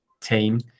team